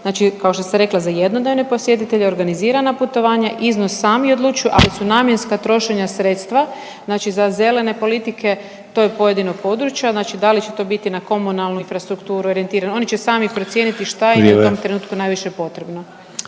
Znači kao što sam rekla za jednodnevne posjetitelje organizirana putovanja iznos sami odlučuju, ali su namjenska trošenja sredstva, znači za zelene politike tog pojedinog područja znači da li će to biti na komunalnu infrastrukturu orijentirano. Oni će sami procijeniti šta im je …/Upadica Sanader: